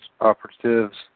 Operatives